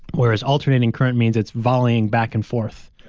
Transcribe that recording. whereas alternating current means it's volleying back and forth.